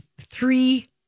three